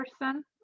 person